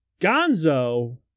Gonzo